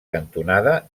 cantonada